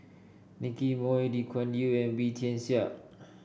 Nicky Moey Lee Kuan Yew and Wee Tian Siak